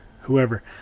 whoever